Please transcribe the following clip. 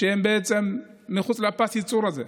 הם בעצם מחוץ לפס הייצור הזה.